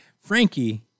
Frankie